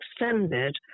extended